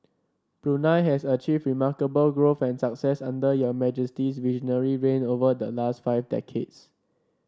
Brunei has achieved remarkable growth and success under your Majesty's visionary reign over the last five decades